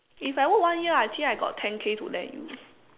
if I work one year I think I got ten K to lend you